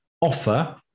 offer